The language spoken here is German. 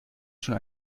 schon